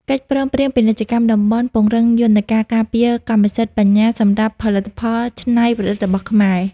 កិច្ចព្រមព្រៀងពាណិជ្ជកម្មតំបន់ពង្រឹងយន្តការការពារកម្មសិទ្ធិបញ្ញាសម្រាប់ផលិតផលច្នៃប្រឌិតរបស់ខ្មែរ។